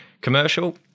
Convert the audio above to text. commercial